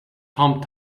thumb